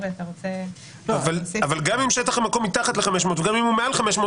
גם אם שטח המקום מתחת ל-500 וגם אם הוא מעל 500,